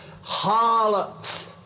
harlots